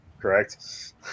correct